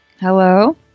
Hello